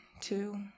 two